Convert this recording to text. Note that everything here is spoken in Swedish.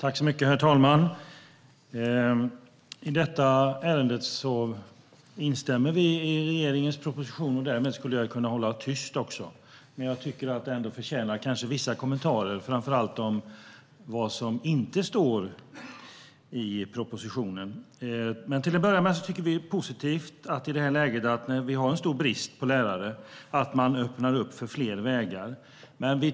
Herr talman! I detta ärende instämmer vi i regeringens proposition, och därmed skulle jag kunna hålla tyst. Men jag tycker att det ändå förtjänar vissa kommentarer, framför allt om vad som inte står i propositionen. Till att börja med tycker vi att det är positivt att vi i detta läge när vi har en stor brist på lärare öppnar upp för fler vägar.